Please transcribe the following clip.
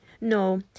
No